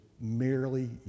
merely